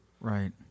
Right